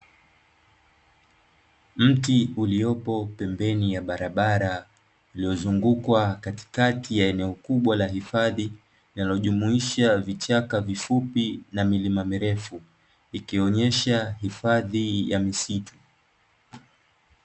Mti ulipo pembeni ya barabara uliozungukwa katikati ya eneo kubwa la hifadhi, linalojumuisha vichaka vifupi na milima mirefu, ikionyesha hifadhi ya misitu.